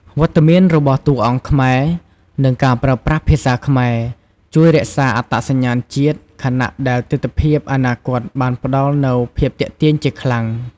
វត្តមានរបស់តួអង្គខ្មែរ និងការប្រើប្រាស់ភាសាខ្មែរ ជួយរក្សាអត្តសញ្ញាណជាតិ ខណៈដែលទិដ្ឋភាពអនាគតបានផ្តល់នូវភាពទាក់ទាញជាខ្លាំង ។